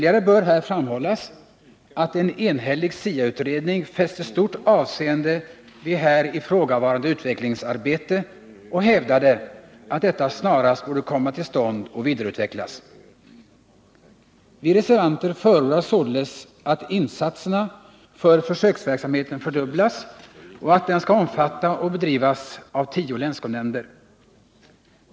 Vidare bör det framhållas att en enhällig SIA-utredning fäste stort avseende vid ifrågavarande utvecklingsarbete och hävdade att detta snarast borde komma till stånd och vidareutvecklas. Vi reservanter förordar således att insatserna för försöksverksamheten fördubblas och att den skall omfatta och bedrivas av tio länskolnämnder.